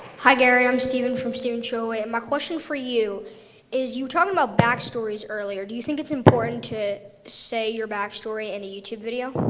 hi gary i'm steven from steven shur way, and my question for you is you were talking about back stories earlier, do you think it's important to say your back story in a youtube video?